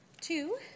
two